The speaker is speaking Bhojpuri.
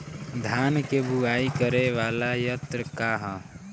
धान के बुवाई करे वाला यत्र का ह?